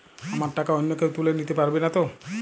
আমার টাকা অন্য কেউ তুলে নিতে পারবে নাতো?